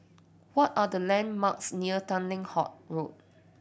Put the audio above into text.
what are the landmarks near Tanglin Halt Road